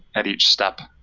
at each step,